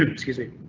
excuse me.